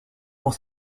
dans